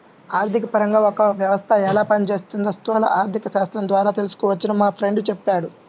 ఆర్థికపరంగా ఒక వ్యవస్థ ఎలా పనిచేస్తోందో స్థూల ఆర్థికశాస్త్రం ద్వారా తెలుసుకోవచ్చని మా ఫ్రెండు చెప్పాడు